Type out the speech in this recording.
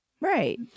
Right